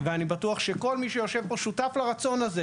אני מבקש מכם להגיש בג"ץ כנגד המדינה.